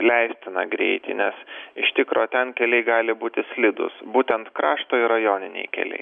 leistiną greitį nes iš tikro ten keliai gali būti slidūs būtent krašto ir rajoniniai keliai